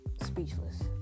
Speechless